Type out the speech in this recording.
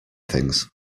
things